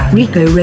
Rico